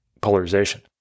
polarization